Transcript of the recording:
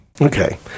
Okay